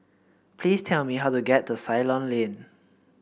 please tell me how to get to Ceylon Lane